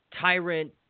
tyrant